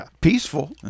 peaceful